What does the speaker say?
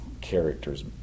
characters